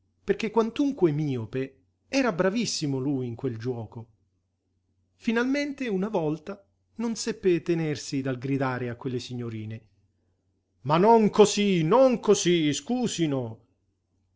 perché quantunque miope era bravissimo lui in quel giuoco finalmente una volta non seppe tenersi dal gridare a quelle signorine ma non così non così scusino